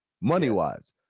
money-wise